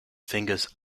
fingers